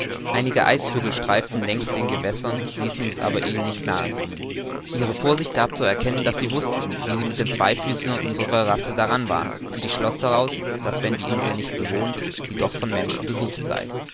einige eisvögel streiften längs den gewässern ließen uns aber nicht ihnen nahe kommen ihre vorsicht gab zu erkennen daß sie wußten wie sie mit den zweifüßern unserer race daran waren und ich schloß daraus daß wenn die insel nicht bewohnt sie doch von menschen besucht sei